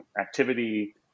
activity